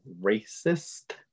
racist